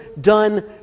done